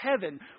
heaven